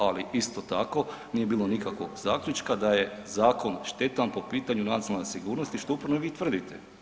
Ali isto tako nije bilo nikakvog zaključka da je zakon štetan po pitanju nacionalne sigurnosti što uporno vi tvrdite.